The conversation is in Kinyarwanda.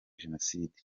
jenoside